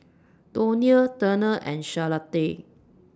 Donia Turner and Charlotta